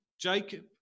Jacob